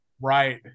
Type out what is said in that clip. Right